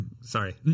sorry